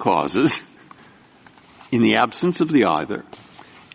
causus in the absence of the auger